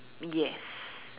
yes